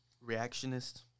reactionist